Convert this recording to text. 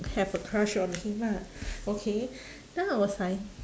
have a crush on him lah okay then I was like